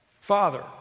father